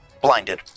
blinded